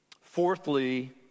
Fourthly